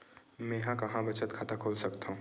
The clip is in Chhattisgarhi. मेंहा कहां बचत खाता खोल सकथव?